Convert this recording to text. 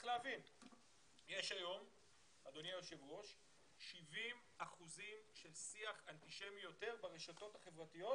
יש היום 70 אחוזים יותר של שיח אנטישמי ברשתות החברתיות